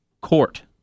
court